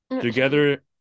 Together